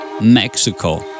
Mexico